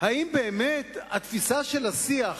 האם באמת התפיסה של השיח,